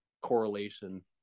correlation